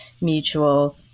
mutual